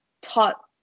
taught